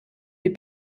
les